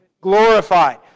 glorified